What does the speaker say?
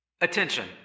Attention